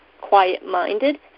quiet-minded